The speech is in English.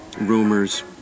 Rumors